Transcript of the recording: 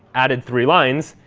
added three lines.